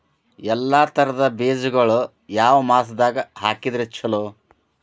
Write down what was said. ಎಲ್ಲಾ ತರದ ಬೇಜಗೊಳು ಯಾವ ಮಾಸದಾಗ್ ಹಾಕಿದ್ರ ಛಲೋ?